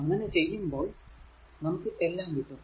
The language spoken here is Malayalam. അങ്ങനെ ചെയ്യുമ്പോൾ നമുക്ക് എല്ലാം കിട്ടും